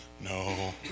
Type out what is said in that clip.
No